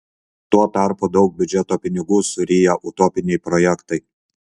tuo tarpu daug biudžeto pinigų suryja utopiniai projektai